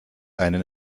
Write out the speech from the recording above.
einen